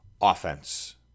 offense